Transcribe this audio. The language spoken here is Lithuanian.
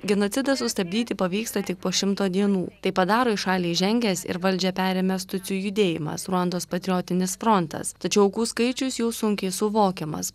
genocidą sustabdyti pavyksta tik po šimto dienų tai padaro į šalį įžengęs ir valdžią perėmęs tutsių judėjimas ruandos patriotinis frontas tačiau aukų skaičius jau sunkiai suvokiamas